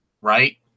Right